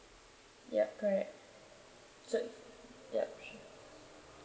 ya correct so ya